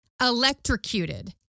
electrocuted